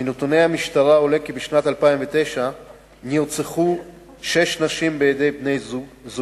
מנתוני המשטרה עולה כי בשנת 2009 נרצחו שש נשים בידי בני-זוגן,